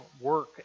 work